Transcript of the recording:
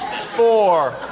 four